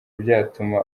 byatuma